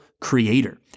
creator